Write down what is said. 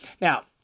Now